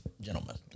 gentlemen